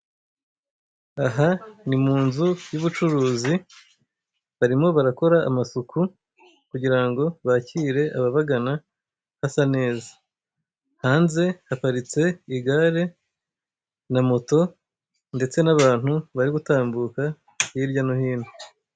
Aha ni mu nzu y'ubucuruzi barimo barakora amasuku, kugira ngo bakire ababagana hasa neza; hanze haparitse igare na moto ndetse n'abantu bari gutambuka hirya no hino.